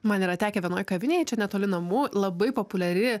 man yra tekę vienoj kavinėje čia netoli namų labai populiari